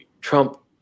Trump